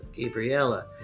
Gabriella